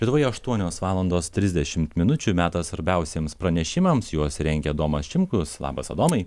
lietuvoje aštuonios valandos trisdešimt minučių metas svarbiausiems pranešimams juos rengia domas šimkus labas adomai